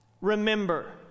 Remember